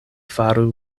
faru